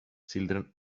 children